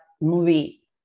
movie